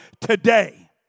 today